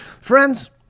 Friends